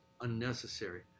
unnecessary